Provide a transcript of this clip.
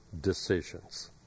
decisions